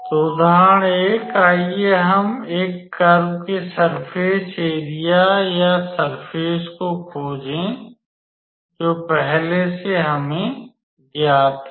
तो उदाहरण 1 आइए हम एक कर्व के सर्फ़ेस एरिया या सर्फ़ेस को खोजें जो पहले से ही हमें ज्ञात है